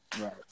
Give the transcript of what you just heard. Right